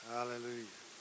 Hallelujah